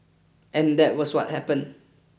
and that was what happened